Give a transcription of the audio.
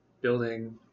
building